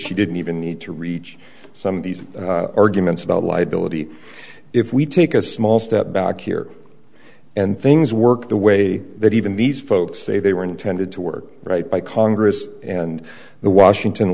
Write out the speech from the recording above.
she didn't even need to reach some of these arguments about liability if we take a small step back here and things work the way that even these folks say they were intended to work right by congress and the washington